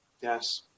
Yes